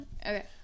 Okay